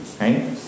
Right